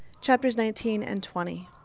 chapters nineteen and twenty.